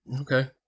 Okay